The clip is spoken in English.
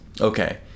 Okay